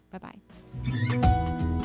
bye-bye